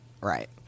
Right